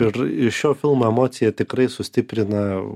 ir šio filmo emocija tikrai sustiprina